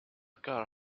car